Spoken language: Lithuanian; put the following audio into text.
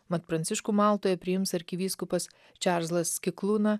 mat pranciškų maltoje priims arkivyskupas čarlzas skiklūna